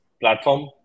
platform